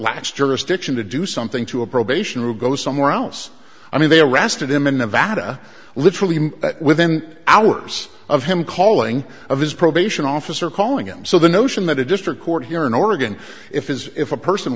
lacks jurisdiction to do something to a probation or go somewhere else i mean they arrested him in nevada literally within hours of him calling of his probation officer calling him so the notion that a district court here in oregon if is if a person